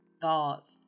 thoughts